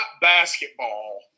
basketball